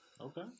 Okay